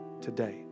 today